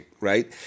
right